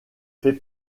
fait